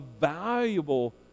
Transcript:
valuable